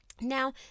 Now